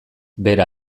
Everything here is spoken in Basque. bera